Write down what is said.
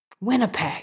Winnipeg